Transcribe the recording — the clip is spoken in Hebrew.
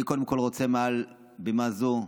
אני קודם כול רוצה, מעל בימה זו,